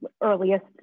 earliest